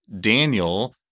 Daniel